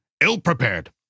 ill-prepared